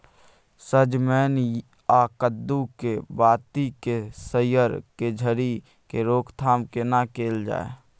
सजमैन आ कद्दू के बाती के सईर के झरि के रोकथाम केना कैल जाय?